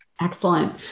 Excellent